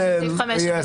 עדיף חמש שנים,